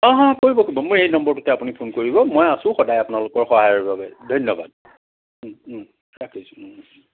অ অ কৰিব কৰিব মোৰ এই নম্বৰটোতে আপুনি ফোন কৰিব মই আছোঁ সদায় আপোনালোকৰ সহায়ৰ বাবে ধন্যবাদ ওম ওম ৰাখিছোঁ ওম